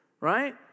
right